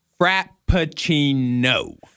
frappuccino